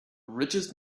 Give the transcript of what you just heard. richest